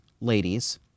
ladies